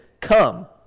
Come